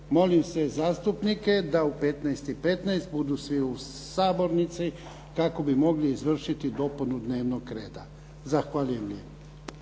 Molim sve zastupnike da u 15,15 sati budu svi u sabornici kako bi mogli izvršiti dopunu dnevnog reda. Zahvaljujem.